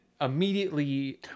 immediately